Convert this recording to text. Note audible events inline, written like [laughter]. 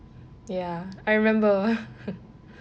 ya I remember [laughs]